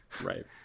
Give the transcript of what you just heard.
Right